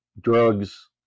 drugs